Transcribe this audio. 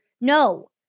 No